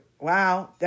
Wow